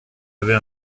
avez